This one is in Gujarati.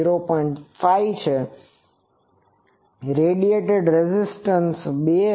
5 છે રેડિયેશન રેઝિસ્ટન્સradiation resistance કિરણોત્સર્ગ અવરોધ 2 હશે